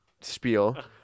spiel